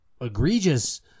egregious